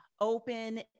Open